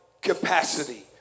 capacity